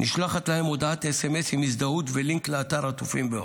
נשלחת להם הודעת סמס עם הזדהות ולינק לאתר עטופים באור.